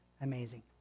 amazing